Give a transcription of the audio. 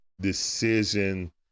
decision